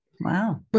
wow